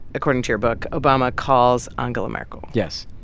according to your book, obama calls angela merkel yes.